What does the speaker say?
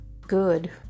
good